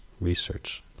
research